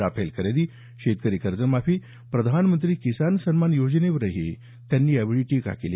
Rafale खरेदी शेतकरी कर्जमाफी प्रधानमंत्री किसान सन्मान योजनेवरही त्यांनी टीका केली